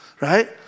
Right